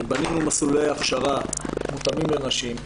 בנינו מסלולי הכשרה המותאמים לנשים.